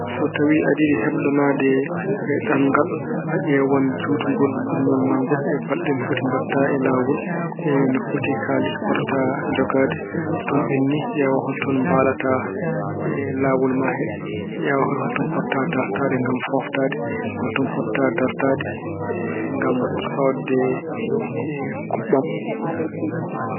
So tawi aɗa yiɗi heblanaade ɗanngal, a ƴeewan juutgol ɗannungal ma ngal e balɗe no foti mbaɗta e laawol, e no foti kaalis potata jogaade. So ɗum ɓenni ƴeewa holtoon mbalata e laawol ma he. Ƴeewa kadi holtoon potata dartaade ngam fooftaade, holtoon potata dartaade ngam soodde kuɓɓam.